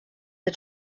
the